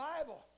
Bible